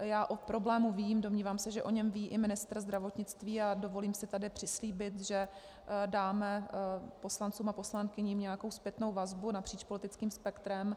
Já o problému vím, domnívám se, že o něm ví i ministr zdravotnictví, a dovolím si tedy přislíbit, že dáme poslancům a poslankyním nějakou zpětnou vazbu napříč politickým spektrem.